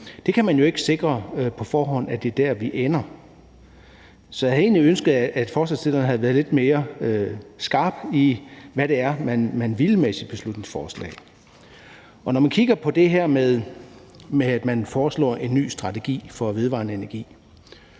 el. Man kan jo ikke på forhånd sikre, at det er der, vi ender, så jeg havde egentlig ønsket, at forslagsstillerne havde været lidt mere skarpe på, hvad det er, man vil med sit beslutningsforslag. Og når man kigger på det her med, at man foreslår en ny strategi for vedvarende energi,